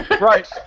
right